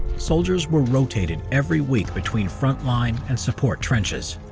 soldiers were rotated every week, between frontline and support trenches.